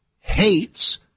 hates